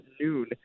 noon